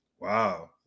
Wow